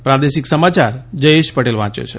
પ્રાદેશિક સમાચાર જયેશ પટેલ વાંચે છે